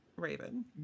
Raven